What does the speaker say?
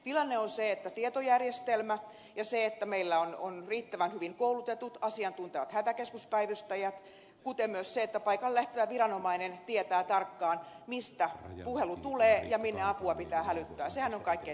tilanne on se että tietojärjestelmä ja se että meillä on riittävän hyvin koulutetut asiantuntevat hätäkeskuspäivystäjät kuten myös se että paikalle lähtevä viranomainen tietää tarkkaan mistä puhelu tulee ja minne apua pitää hälyttää sehän on kaikkein tärkein kysymys